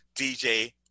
DJ